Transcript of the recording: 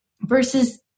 versus